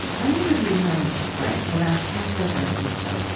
i interviewed her in the spring, around passover and easter,